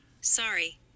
Sorry